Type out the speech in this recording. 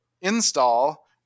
install